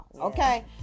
Okay